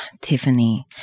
Tiffany